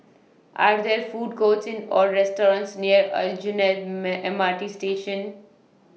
Are There Food Courts Or restaurants near Aljunied M R T Station